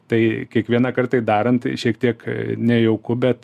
tai kiekvienąkart tai darant šiek tiek nejauku bet